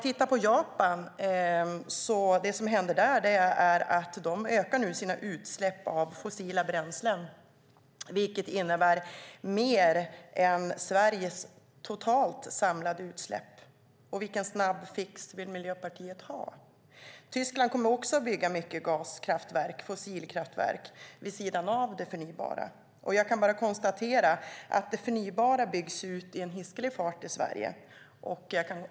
I Japan ökar man utsläppen av fossila bränslen. Det är mer än Sveriges totala utsläpp. Vilken snabb fix vill Miljöpartiet ha? Tyskland kommer också att bygga många fossilkraftverk vid sidan av det förnybara. Det förnybara byggs ut i en hisklig fart i Sverige.